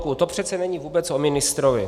To přece není vůbec o ministrovi.